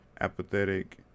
apathetic